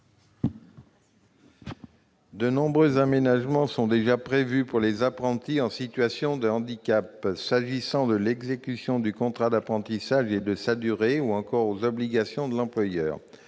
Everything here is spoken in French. De nombreux aménagements sont déjà prévus pour les apprentis en situation de handicap, qu'il s'agisse de l'exécution du contrat d'apprentissage, de sa durée ou encore des obligations de l'employeur.